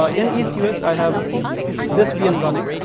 ah in east us, i have this vm running.